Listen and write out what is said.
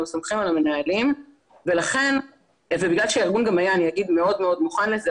וסומכים על המנהלים ובגלל שהארגון גם היה מאוד מאוד מוכן לזה,